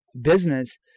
business